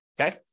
okay